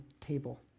table